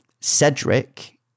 Cedric